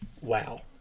wow